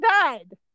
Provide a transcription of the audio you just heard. died